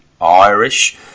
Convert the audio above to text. Irish